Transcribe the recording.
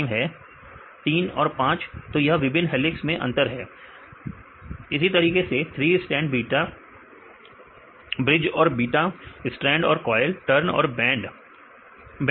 विद्यार्थी 3 और 5 3 और 5 सही है तो यह विभिन्न हेलिक्स में अंतर है इसी तरीके से 3 स्ट्रैंड बीटा ब्रिज और बीटा स्ट्रैंड और कोयल टर्न और बैंड